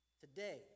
today